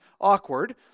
awkward